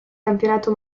campionato